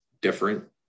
different